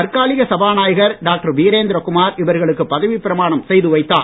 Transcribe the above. தற்காலிக சபாநாயகர் டாக்டர் வீரேந்திரகுமார் இவர்களுக்கு பதவிப் பிரமானம் செய்து வைத்தார்